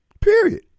period